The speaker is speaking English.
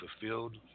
fulfilled